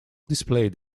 displayed